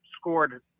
scored